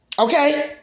Okay